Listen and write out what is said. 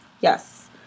Yes